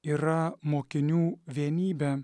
yra mokinių vienybė